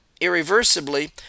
irreversibly